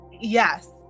yes